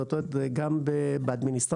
זאת אומרת גם באדמיניסטרציה,